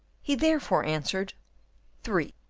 he therefore answered three.